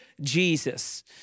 Jesus